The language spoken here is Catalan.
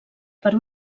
per